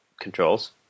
controls